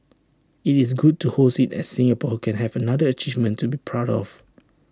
IT is good to host IT as Singapore can have another achievement to be proud of